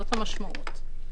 זאת המשמעות.